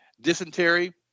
dysentery